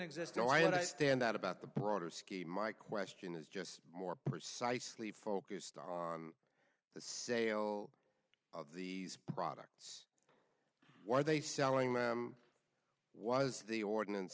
existence i understand that about the broader scheme my question is just more precisely focused on the sale of these products were they selling them was the ordinance